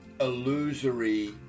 Illusory